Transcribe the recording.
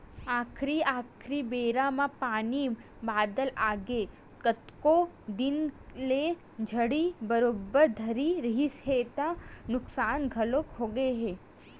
आखरी आखरी बेरा म पानी बादर आगे कतको दिन ले झड़ी बरोबर धरे रिहिस हे त नुकसान घलोक होइस हे